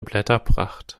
blätterpracht